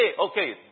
okay